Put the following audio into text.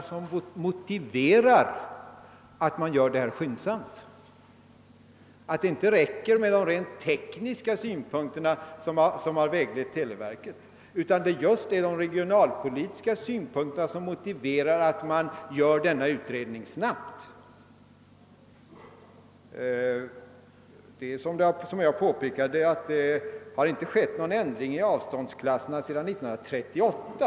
Men kan det inte möjligen vara så, att det inte räcker med de rent tekniska synpunkter som har väglett televerket, utan att det just är de regionalpolitiska synpunkterna som motiverar att utredningen snabbt genomföres? Såsom jag påpekade har det inte skett någon ändring beträffande avståndsklasserna sedan 1938.